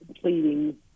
pleading